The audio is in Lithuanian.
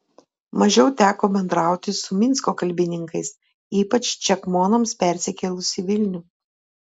mažiau teko bendrauti su minsko kalbininkais ypač čekmonams persikėlus į vilnių